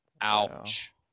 Ouch